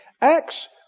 Acts